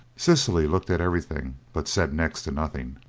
cecily looked at everything, but said next to nothing.